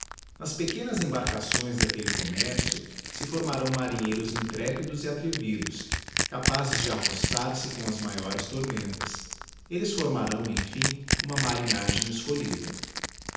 nas pequenas embarcações daquelle commercio se formarão marinheiros intrépidos e atrevidos capazes de arrostar se com as maiores tormentas elles formarão emflm uma marinhagem escolhida